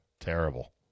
terrible